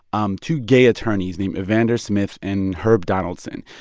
um two gay attorneys named evander smith and herb donaldson.